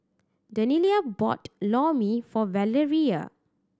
Daniella bought Lor Mee for Valeria